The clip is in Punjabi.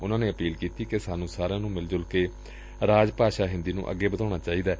ਉਨੂਾ ਨੇ ਅਪੀਲ ਕੀਤੀ ਕਿ ਸਾਨੂੰ ਸਾਰਿਆਂ ਨੂੰ ਮਿਲ ਜੁਲ ਕੇ ਰਾਜ ਭਾਸ਼ਾ ਹਿੰਦੀ ਨੂੰ ਅੱਗੇ ਵਧਾਉਣਾ ਚਾਹੀਦੈ